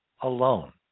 alone